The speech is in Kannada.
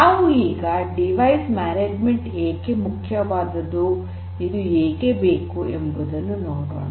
ನಾವು ಈಗ ಸಾಧನ ನಿರ್ವಹಣೆ ಏಕೆ ಮುಖ್ಯವಾದದ್ದು ಇದು ಏಕೆ ಬೇಕು ಎಂಬುದನ್ನು ನೋಡೋಣ